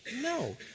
no